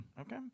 Okay